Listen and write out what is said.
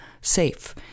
safe